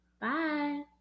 Bye